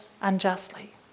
unjustly